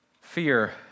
Fear